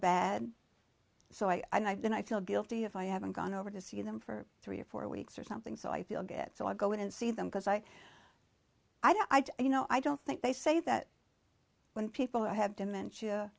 so i feel guilty if i haven't gone over to see them for three or four weeks or something so i feel good so i go in and see them because i i do you know i don't think they say that when people have dementia